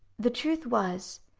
the truth was,